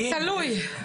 תלוי.